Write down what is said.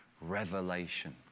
revelation